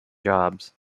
jobs